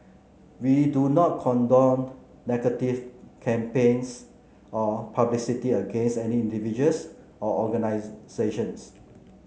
we do not condone negative campaigns or publicity against any individuals or organisations